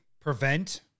prevent